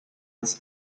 its